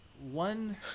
one